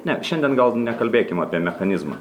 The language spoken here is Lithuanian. ne šiandien gal nekalbėkime apie mechanizmą